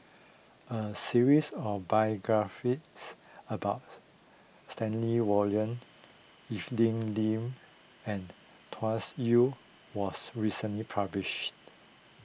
a series of biographies about Stanley Warren Evelyn Lip and Tsung Yu was recently published